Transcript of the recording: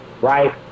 right